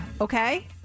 Okay